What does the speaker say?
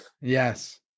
Yes